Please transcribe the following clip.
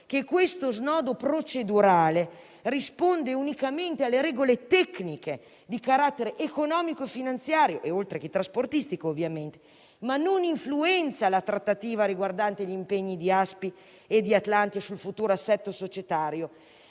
che questo snodo procedurale risponde unicamente alle regole tecniche di carattere economico-finanziario, oltre che trasportistico ovviamente, ma non influenza la trattativa riguardante gli impegni di Aspi e di Atlantia sul futuro assetto societario,